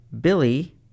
Billy